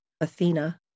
Athena